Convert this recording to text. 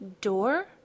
Door